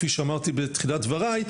כפי שאמרתי בתחילת דבריי,